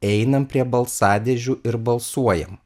einam prie balsadėžių ir balsuojam